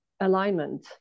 alignment